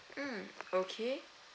mm okay